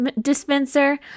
dispenser